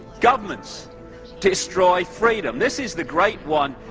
governments destroy freedom. this is the great one.